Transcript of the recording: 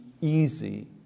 easy